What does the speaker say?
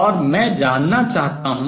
और मैं जानना चाहता हूँ